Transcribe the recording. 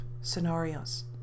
scenarios